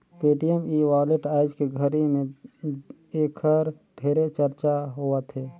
Paytm e wallet आयज के घरी मे ऐखर ढेरे चरचा होवथे